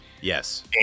Yes